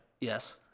Yes